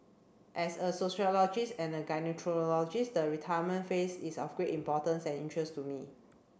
as a sociologist and a the retirement phase is of great importance and interest to me